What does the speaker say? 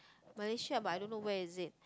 Malaysia but I don't know where is it